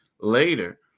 later